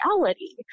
reality